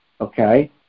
okay